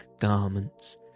garments